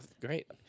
great